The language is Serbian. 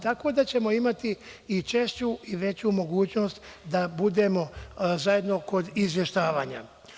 Tako da ćemo imati i češću i veću mogućnost da budemo zajedno kod izveštavanja.